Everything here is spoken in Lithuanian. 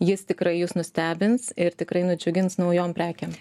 jis tikrai jus nustebins ir tikrai nudžiugins naujom prekėm